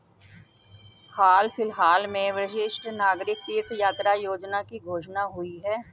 हाल फिलहाल में वरिष्ठ नागरिक तीर्थ यात्रा योजना की घोषणा हुई है